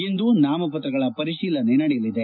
ಇಂದು ನಾಮಪತ್ರಗಳ ಪರಿಶೀಲನೆ ನಡೆಯಲಿದೆ